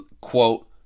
quote